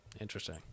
Interesting